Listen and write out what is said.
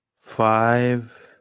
five